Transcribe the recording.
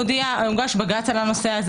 הוגש בג"ץ על הנושא הזה דרכנו.